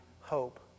hope